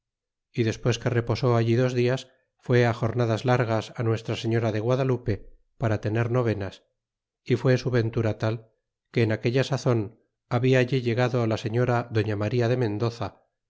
y despues que reposé allí dos dias fue jornadas largas nuestra señora de guadalupe para tener novenas y fue su ventura tal que en aque ha sazon habla allí llegado la señora doña maría de mendoza